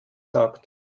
sagt